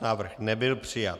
Návrh nebyl přijat.